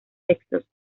sexos